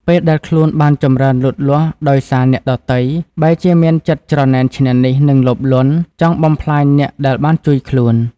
ពេលដែលខ្លួនបានចម្រើនលូតលាស់ដោយសារអ្នកដទៃ បែរជាមានចិត្តច្រណែនឈ្នានីស និងលោភលន់ ចង់បំផ្លាញអ្នកដែលបានជួយខ្លួន។